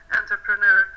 entrepreneur